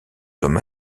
comme